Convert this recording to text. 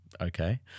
Okay